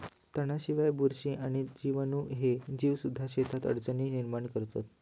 तणांशिवाय, बुरशी आणि जीवाणू ह्ये जीवसुद्धा शेतात अडचणी निर्माण करतत